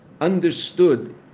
understood